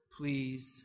please